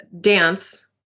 dance